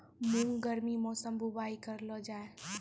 मूंग गर्मी मौसम बुवाई करलो जा?